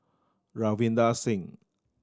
Ravinder Singh